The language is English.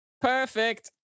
perfect